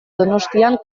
donostian